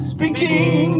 Speaking